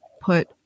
put